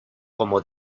como